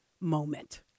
moment